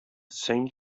same